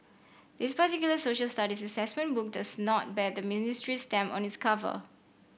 this particular Social Studies assessment book does not bear the ministry's stamp on its cover